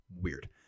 Weird